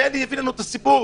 שאלי הביא לנו את הסיפור,